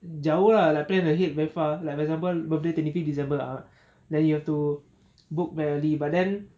jauh lah like plan ahead very far like for example birthday twenty fifth december ah then you have to book very early but then